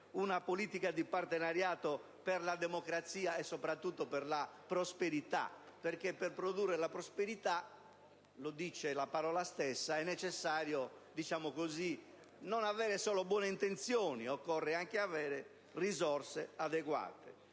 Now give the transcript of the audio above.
una politica di partenariato per la democrazia e soprattutto per la prosperità, perché per produrre la prosperità - lo dice la parola stessa - è necessario non avere solo buone intenzioni, ma anche risorse adeguate.